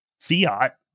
fiat